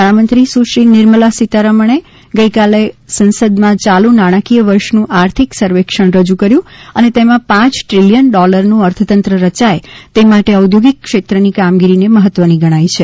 નાણાંમંત્રી સુ શ્રી નિર્મલા સીતારમણે ગઇકાલે સંસદમાં ચાલુ નાણાકીય વર્ષનું આર્થિક સર્વેક્ષણ રજૂ કર્યું અને તેમાં પાંચ ટ્રીલીયન ડોલરનું અર્થતંત્ર રયાય તે માટે ઔદ્યૌગિક ક્ષેત્રની કામગીરીને મહત્વની ગણાઇ છે